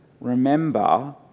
remember